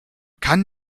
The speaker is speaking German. kann